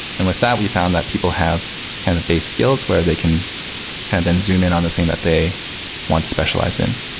and with that, we found that people have kind of the base skills where they can kind of then zoom in on the thing that they want to specialize in.